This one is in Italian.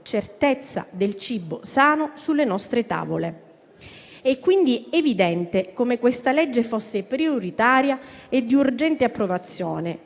certezza del cibo sano sulle nostre tavole. Quindi, è evidente come questa legge fosse prioritaria e di urgente approvazione,